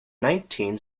nineteen